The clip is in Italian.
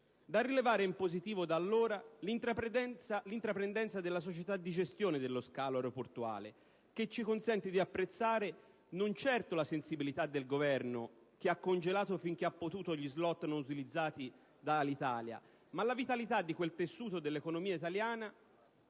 Da rilevare in positivo, da allora, l'intraprendenza della società di gestione dello scalo aeroportuale che ci consente di apprezzare, non certo la sensibilità del Governo, che ha congelato finché ha potuto gli *slot* non utilizzati da Alitalia, ma la vitalità di quel tessuto dell'economia italiana,